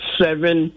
seven